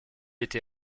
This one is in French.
été